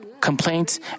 complaints